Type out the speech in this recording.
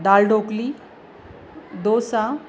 दाल dhokli dosa